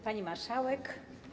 Pani Marszałek!